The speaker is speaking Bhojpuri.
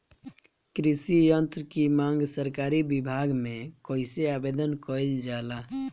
कृषि यत्र की मांग सरकरी विभाग में कइसे आवेदन कइल जाला?